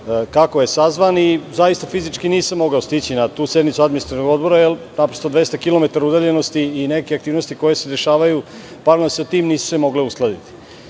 kako je sazvan i zaista fizički nisam mogao stići na tu sednicu Administrativnog odbora, jer naprosto 200 kilometara udaljenosti i neke aktivnosti koje se dešavaju paralelno sa tim, nisu se mogle uskladiti.Međutim,